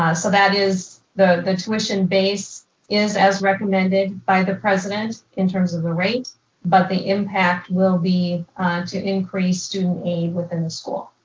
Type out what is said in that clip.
ah so that is the the tuition base is as recommended by the president, in terms of the rate but the impact will be to increase student aid within the school.